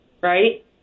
right